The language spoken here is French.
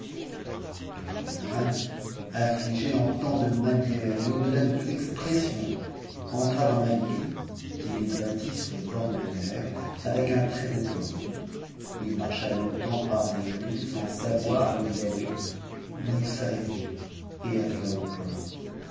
camaratzaman affligé en tant de manières et au-delà de toute ex r sion entra dans la ville qui était bâtie sur le bord de la mer avec très-beau port marcha longtemps par les rues sans savoir où il m ni où s'arrêter et arriva au port